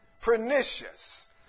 Pernicious